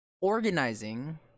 organizing